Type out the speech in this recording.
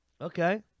Okay